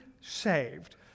saved